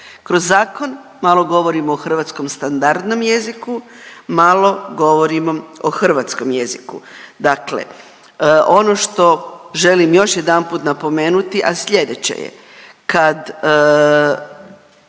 Kroz zakon malo govorimo o hrvatskom standardnom jeziku, malo govorimo o hrvatskom jeziku. Dakle, ono što želim još jedanput napomenuti, a slijedeće je, kad